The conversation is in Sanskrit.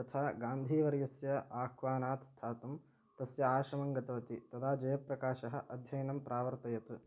तथा गान्धीवर्यस्य आह्वानात् स्थातुं तस्य आश्रमं गतवती तदा जयप्रकाशः अध्ययनं प्रावर्तयत्